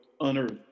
unearthed